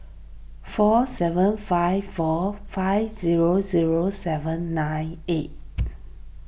four seven five four five zero zero seven nine eight